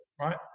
right